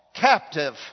captive